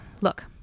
look